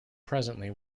presently